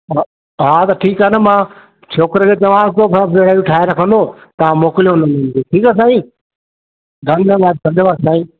हा हा ठीकु आहे न मां छोकिरे खे चवांसि तो सभु शइ ठाहे रखंदो तव्हां मोकिलियो हुननि ॿिन्हिनि खे ठीकु आहे साईं धन्यवाद धन्यवाद साईं